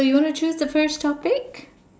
so you wanna choose the first topic